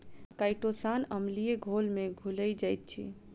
chitosan अम्लीय घोल में घुइल जाइत अछि